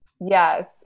Yes